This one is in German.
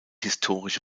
historische